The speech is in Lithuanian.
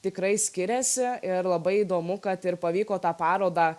tikrai skiriasi ir labai įdomu kad ir pavyko tą parodą